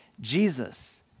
Jesus